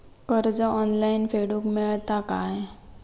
कर्ज ऑनलाइन फेडूक मेलता काय?